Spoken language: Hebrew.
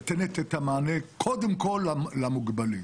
לתת את המענה קודם כל למוגבלים.